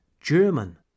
German